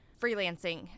freelancing